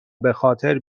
بخاطر